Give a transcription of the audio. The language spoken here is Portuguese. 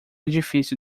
difícil